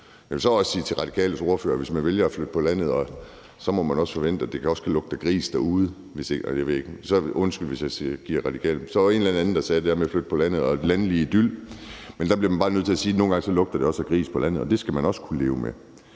Jeg vil så også sige til Radikales ordfører, at hvis man vælger at flytte på landet, må man også forvente, at det kan lugte af grise derude. Undskyld, det var måske ikke Radikales ordfører, men der var en eller anden, der sagde det der med at flytte på landet og den landlige idyl. Men der bliver man bare nødt til at sige, at nogle gange lugter det også af grise på landet, og det skal man også kunne leve med.